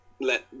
let